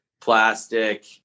plastic